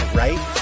right